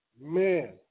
Man